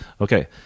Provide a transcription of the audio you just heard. Okay